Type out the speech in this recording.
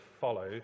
follow